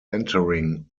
entering